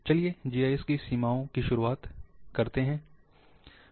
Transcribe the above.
चलिए जीआईएस की सीमाओं से शुरुआत करते हैं